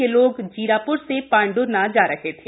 ये लोग जीराप्र से पांढ़र्ना जा रहे थे